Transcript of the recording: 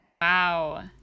Wow